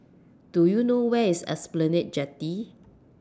Do YOU know Where IS Esplanade Jetty